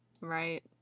Right